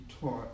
taught